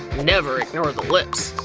never ignore the lips.